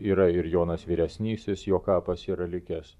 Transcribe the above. yra ir jonas vyresnysis jo kapas yra likęs